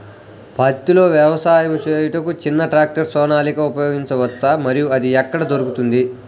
పత్తిలో వ్యవసాయము చేయుటకు చిన్న ట్రాక్టర్ సోనాలిక ఉపయోగించవచ్చా మరియు అది ఎక్కడ దొరుకుతుంది?